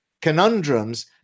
conundrums